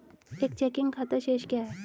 एक चेकिंग खाता शेष क्या है?